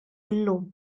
llum